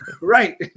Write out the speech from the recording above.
right